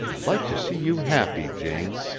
i'd like to see you happy, jane.